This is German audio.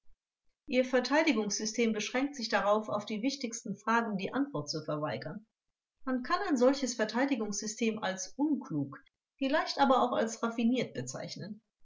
ihr verteidigungssystem beschränkt sich darauf auf die wichtigsten fragen die antwort zu verweigern man kann ein solches verteidigungssystem als unklug vielleicht aber auch als raffiniert bezeichnen